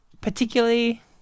particularly